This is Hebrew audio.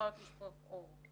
שיכולות לשפוך אור.